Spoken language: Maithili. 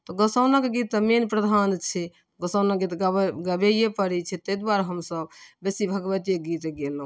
तऽ गोसाउनक गीत तऽ मेन प्रधान छै गोसाउनक गीत गाबै गाबैये पड़ै छै तै दुआरे हमसब बेसी भगवतिये गीत गेलहुँ